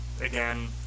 again